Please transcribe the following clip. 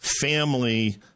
family